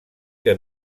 que